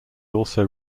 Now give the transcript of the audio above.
also